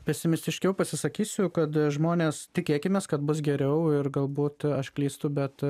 pesimistiškiau pasisakysiu kad žmonės tikėkimės kad bus geriau ir galbūt aš klystu bet